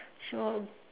so